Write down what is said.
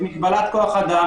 את כוח האדם,